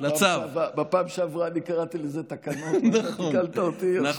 בפעם שעברה אני קראתי לזה תקנות ואתה תיקנת אותי.